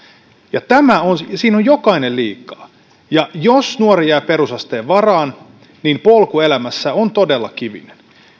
siinä on jokainen liikaa jos nuori jää perusasteen varaan niin polku elämässä on todella kivinen